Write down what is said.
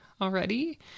already